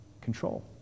control